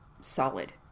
solid